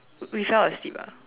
we fell asleep ah